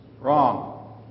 Wrong